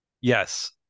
Yes